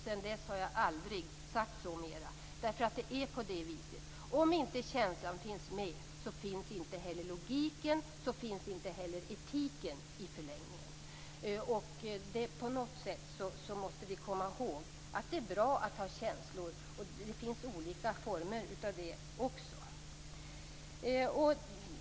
Sedan dess har jag aldrig sagt så mer. Det är ju på det viset: Om inte känslan finns med finns inte heller logiken, och i förlängningen inte heller etiken. Vi måste komma ihåg att det är bra att ha känslor. Det finns olika former av det också.